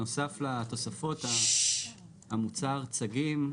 נוסף לתוספות המוצר צגים,